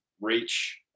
reach